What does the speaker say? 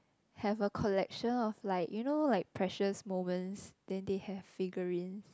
have a collection of like you know like pleasures moment then they have figure in